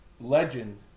legend